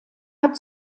hat